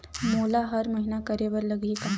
मोला हर महीना करे बर लगही का?